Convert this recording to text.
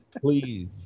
please